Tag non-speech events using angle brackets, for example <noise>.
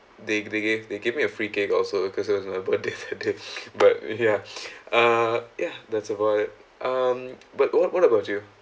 they they gave they gave me a free cake also cause was my birthday that day <laughs> but ya <breath> uh ya that's about it um but what what about you